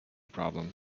problem